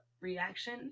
reaction